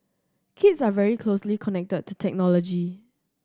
kids are very closely connected to technology